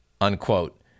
unquote